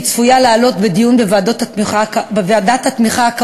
והיא צפויה לעלות בדיון הקרוב בוועדת התמיכה,